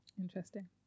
Interesting